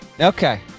Okay